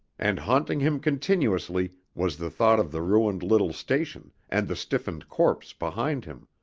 and haunting him continuously was the thought of the ruined little station and the stiffened corpse behind him.